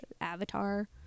Avatar